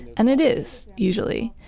and it is usually,